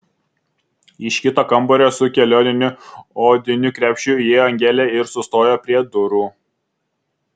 iš kito kambario su kelioniniu odiniu krepšiu įėjo angelė ir sustojo prie durų